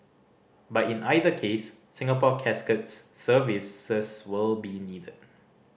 but in either case Singapore Casket's services will be needed